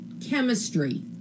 chemistry